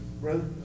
Brother